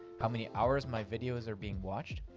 how many hours my videos are being watched,